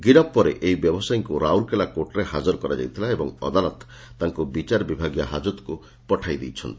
ଗିରଫ୍ ପରେ ଏହି ବ୍ୟବସାଯୀଙ୍କୁ ରାଉରକେଲା କୋର୍ଟ୍ରେ ହାଜର କରାଯାଇଥିଲା ଏବଂ ଅଦାଲତ ତାଙ୍କୁ ବିଚାରବିଭାଗୀୟ ହାଜତକୁ ପଠାଇ ଦେଇଛନ୍ତି